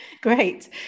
Great